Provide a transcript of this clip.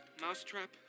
Mousetrap